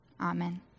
Amen